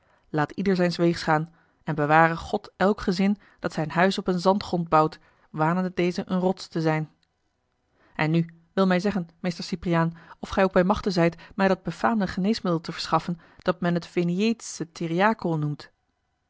laat ieder zijns weegs gaan en beware god elk gezin dat zijn huis op een zandgrond bouwt wanende dezen een rots te zijn en nu wil mij zeggen meester cypriaan of gij ook bij machte zijt mij dat befaamde geneesmiddel te verschaffen dat men het veneetsche theriakel noemt